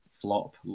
flop